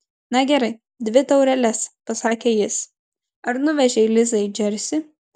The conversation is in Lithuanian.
na gerai dvi taureles pasakė jis ar nuvežei lizą į džersį